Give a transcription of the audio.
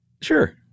Sure